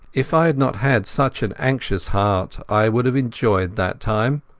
if i had not had such an anxious heart i would have enjoyed that time.